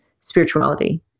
spirituality